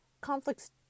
Conflicts